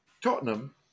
Tottenham